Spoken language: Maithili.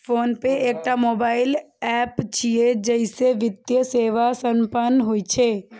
फोनपे एकटा मोबाइल एप छियै, जइसे वित्तीय सेवा संपन्न होइ छै